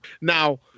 Now